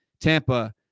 Tampa